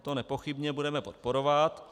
To nepochybně budeme podporovat.